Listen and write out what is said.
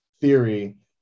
theory